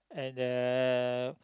at the